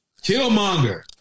Killmonger